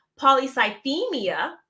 polycythemia